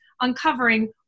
uncovering